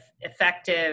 effective